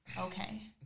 okay